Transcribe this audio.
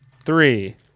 three